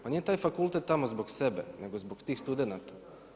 Pa nije taj fakultet tamo zbog sebe nego zbog tih studenata.